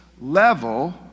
level